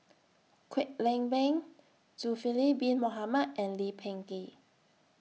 Kwek Leng Beng Zulkifli Bin Mohamed and Lee Peh Gee